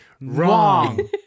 Wrong